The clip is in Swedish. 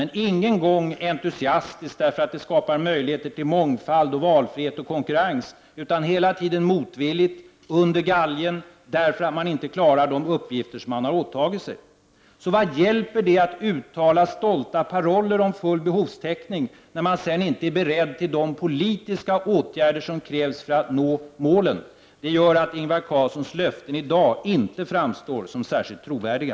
Men ingen gång har socialdemokraterna varit entusiastiska över att det på detta sätt skapas möjligheter till mångfald, valfrihet och konkurrens, utan de har hela tiden ställt upp motvilligt, under galgen, därför att man inte klarar de uppgifter som man har åtagit sig. Vad hjälper det att uttala stolta paroller om full behovstäckning, när man sedan inte är beredd till de politiska åtgärder som krävs för att nå målet? Det gör att Ingvar Carlssons löften i dag inte framstår som särskilt trovärdiga.